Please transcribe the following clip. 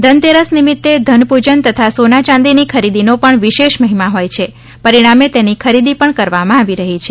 ધનતેરસ નિમિત્તે ધનપૂજન તથા સોના ચાંદીની ખરીદીનો પણ વિશેષ મહિમા હોય છે પરિણામે તેની ખરીદી પણ કરવામાં આવી રહી છે